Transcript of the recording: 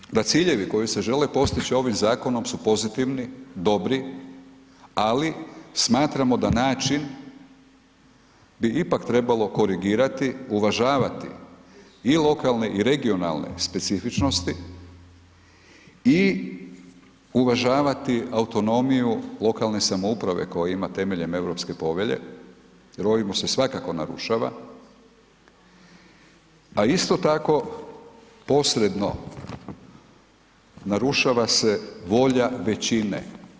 Činjenica je da ciljevi koji se žele postići ovim zakonom su pozitivni, dobri, ali smatramo da način bi ipak trebalo korigirati, uvažavati i lokane i regionalne specifičnosti i uvažavati autonomiju lokalne samouprave koju ima temeljem Europske povelje jer ovime se svakako narušava, a isto tako posredno narušava se volja većine.